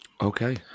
Okay